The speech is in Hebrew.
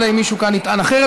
אלא אם כן מישהו כאן יטען אחרת.